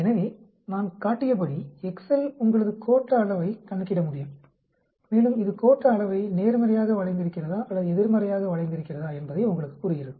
எனவே நான் காட்டியபடி எக்செல் உங்களது கோட்ட அளைவைக் கணக்கிட முடியும் மேலும் இது கோட்ட அளவை நேர்மறையாக வளைந்திருக்கிறதா அல்லது எதிர்மறையாக வளைந்திருக்கிறதா என்பதை உங்களுக்குக் கூறுகிறது